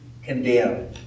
condemned